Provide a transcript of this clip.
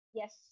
yes